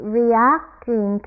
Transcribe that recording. reacting